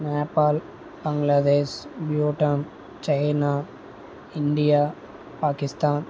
Nepal Bangladesh Bhutan China India Pakistan